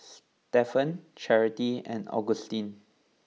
Stephen Charity and Augustin